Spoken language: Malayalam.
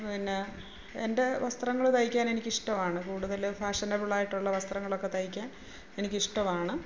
പിന്നെ എൻ്റെ വസ്ത്രങ്ങൾ തയ്ക്കാൻ എനിക്ക് ഇഷ്ടം ആണ് കൂടുതലും ഫാഷണബിളായിട്ടുള്ള വസ്ത്രങ്ങളൊക്കെ തയ്ക്കാൻ എനിക്കിഷ്ടമാണ്